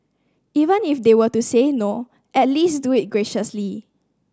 even if they were to say no at least do it graciously